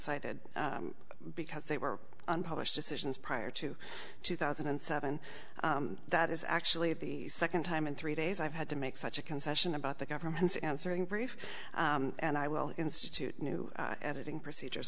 cited because they were unpublished decisions prior to two thousand and seven that is actually the second time in three days i've had to make such a concession about the government's answering brief and i will institute new editing procedures